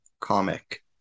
comic